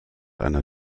einer